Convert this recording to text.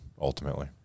ultimately